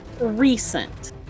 recent